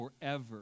forever